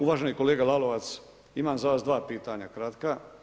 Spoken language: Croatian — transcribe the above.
Uvaženi kolega Lalovac, imam za vas dva pitanja kratka.